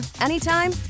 anytime